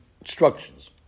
instructions